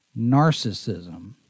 narcissism